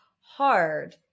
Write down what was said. hard